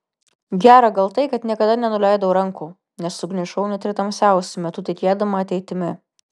gera gal tai kad niekada nenuleidau rankų nesugniužau net ir tamsiausiu metu tikėdama ateitimi